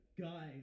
Guys